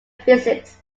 physics